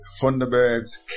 Thunderbirds